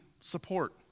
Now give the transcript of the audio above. support